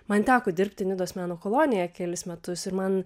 man teko dirbti nidos meno kolonijoje kelis metus ir man